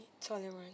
tolerant